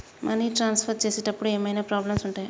Money transfer చేసేటప్పుడు ఏమైనా problems ఉంటయా?